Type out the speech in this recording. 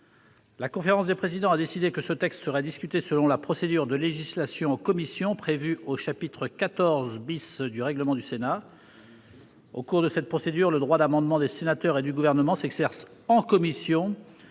La conférence des présidents a décidé que ce texte serait discuté selon la procédure de législation en commission prévue au chapitre XIV du règlement du Sénat. Au cours de cette procédure, le droit d'amendement des sénateurs et du Gouvernement s'exerce en commission,